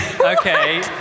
Okay